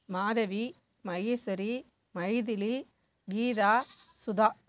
Madhavi Maheswari Maithili Geetha Sudha